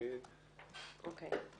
אוקיי.